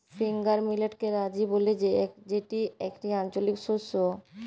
finger মিলেটকে রাজি ব্যলে যেটি একটি আঞ্চলিক শস্য